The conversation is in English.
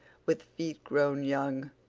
with feet grown young.